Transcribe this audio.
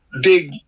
big